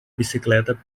bicicleta